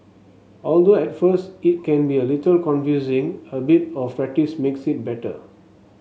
although at first it can be a little confusing a bit of practice makes it better